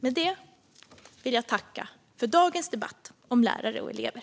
Med det vill jag tacka för dagens debatt om lärare och elever.